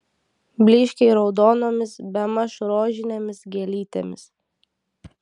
blyškiai raudonomis bemaž rožinėmis gėlytėmis